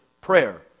prayer